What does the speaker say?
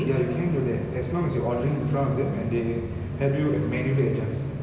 ya you can do that as long as you ordering in front of them and they help you at the menu there adjust